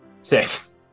six